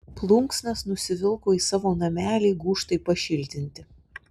plunksnas nusivilko į savo namelį gūžtai pašiltinti